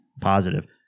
positive